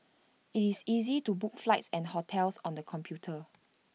IT is easy to book flights and hotels on the computer